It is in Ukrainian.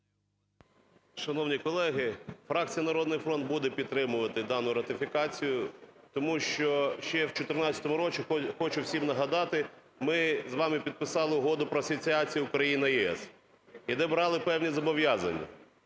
Шановні колеги, фракція "Народний фронт" буде підтримувати дану ратифікацію. Тому що ще в 14-му році, хочу всім нагадати, ми з вами підписали Угоду про асоціацію Україна – ЄС і де брали певні зобов'язання.